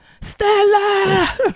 Stella